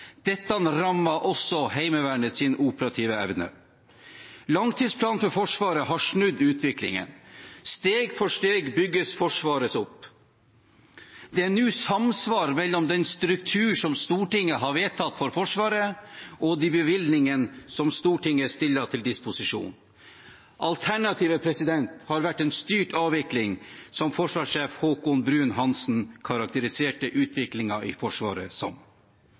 Dette rammet også Heimevernets operative evne. Langtidsplanen for Forsvaret har snudd utviklingen. Steg for steg bygges Forsvaret opp. Det er nå samsvar mellom den strukturen Stortinget har vedtatt for Forsvaret, og de bevilgningene Stortinget stiller til disposisjon. Alternativet har vært en styrt avvikling, som forsvarssjef Haakon Bruun-Hanssen karakteriserte utviklingen i Forsvaret som.